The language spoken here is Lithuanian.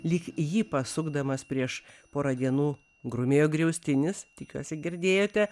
lyg jį pasukdamas prieš porą dienų grumėjo griaustinis tikiuosi girdėjote